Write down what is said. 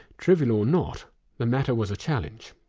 trivial or not the matter was a challenge.